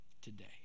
today